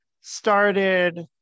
started